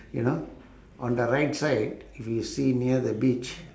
you know on the right side if you see near the beach